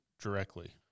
directly